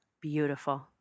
beautiful